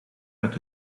uit